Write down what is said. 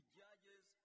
judges